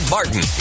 Martin